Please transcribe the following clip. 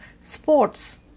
sports